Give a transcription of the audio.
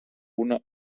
una